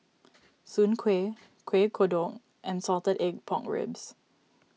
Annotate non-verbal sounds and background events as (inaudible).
(noise) Soon Kuih Kuih Kodok and Salted Egg Pork Ribs